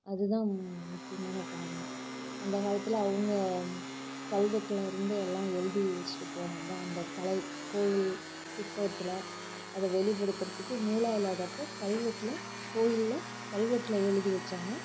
அது தான் முக்கியமான காரணம் அந்த காலத்தில் அவங்க கல்வெட்டில இருந்து எல்லாம் எழுதி வச்சிட்டு போனதான் அந்த கலை கோயில் சிற்பத்தில் அதை வெளிப்படுத்துறத்துக்கு நூலா இல்லாதப்போ கல்வெட்டில கோயில்ல கல்வெட்டில எழுதி வச்சாங்க